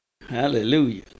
Hallelujah